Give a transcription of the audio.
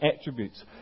attributes